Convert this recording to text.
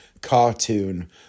Cartoon